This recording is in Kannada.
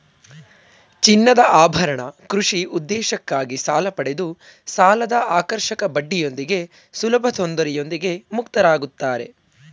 ಚಿನ್ನದಆಭರಣ ಕೃಷಿ ಉದ್ದೇಶಕ್ಕಾಗಿ ಸಾಲಪಡೆದು ಸಾಲದಆಕರ್ಷಕ ಬಡ್ಡಿಯೊಂದಿಗೆ ಸುಲಭತೊಂದರೆಯೊಂದಿಗೆ ಮುಕ್ತರಾಗುತ್ತಾರೆ